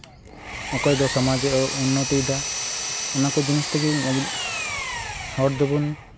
ᱚᱠᱚᱭ ᱫᱚ ᱥᱚᱢᱟᱡᱽ ᱮ ᱩᱱᱱᱚᱛᱤᱭᱫᱟ ᱚᱱᱟ ᱠᱚ ᱡᱤᱱᱤᱥ ᱛᱮᱜᱮ ᱦᱚᱲ ᱫᱚᱵᱚᱱ